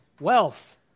wealth